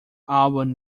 album